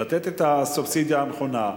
לתת את הסובסידיה הנכונה,